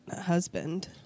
husband